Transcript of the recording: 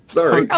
Sorry